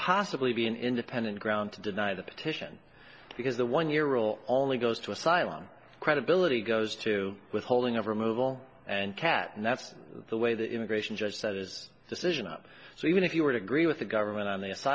possibly be an independent ground to deny the petition because the one year rule only goes to asylum credibility goes to withholding of removal and kat and that's the way the immigration judge said his decision up so even if you were to agree with the government on th